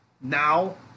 now